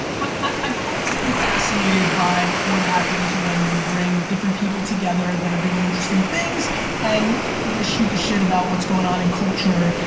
but i've always been fascinated by what happens when you bring different people together that are doing interesting things and just shoot the shit about what's going on in culture,